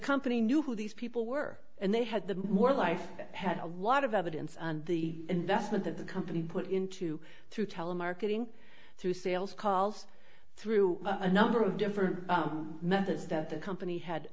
company knew who these people were and they had more life it had a lot of evidence and the investment of the company put into through telemarketing through sales calls through a number of different members that the company had